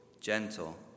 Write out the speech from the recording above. gentle